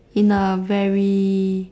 in a very